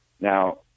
Now